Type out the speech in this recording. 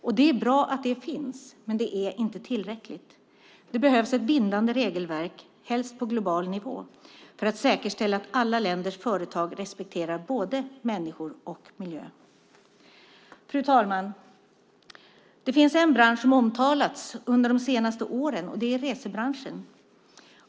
Och det är bra att det finns, men det är inte tillräckligt. Det behövs ett bindande regelverk, helst på global nivå, för att säkerställa att alla länders företag respekterar både människor och miljö. Fru talman! Det finns en bransch som omtalats under de senaste åren, och det är resebranschen.